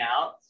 out